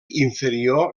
inferior